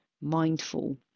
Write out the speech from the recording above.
mindful